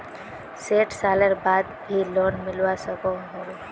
सैट सालेर बाद भी लोन मिलवा सकोहो होबे?